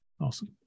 Awesome